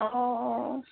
অঁ অঁ অঁ